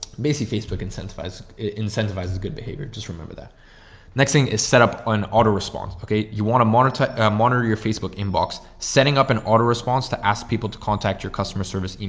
basically, facebook incentives incentives good behavior. just remember that next thing is set up an auto response. okay. you want to monitor, monitor your facebook inbox, setting up an autoresponse to ask people to contact your customer service and